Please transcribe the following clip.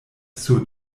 sur